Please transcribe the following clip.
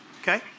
okay